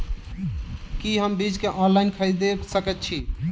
की हम बीज केँ ऑनलाइन खरीदै सकैत छी?